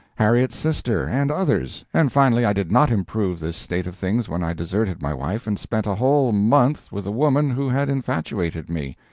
harriet's sister, and others and finally i did not improve this state of things when i deserted my wife and spent a whole month with the woman who had infatuated me.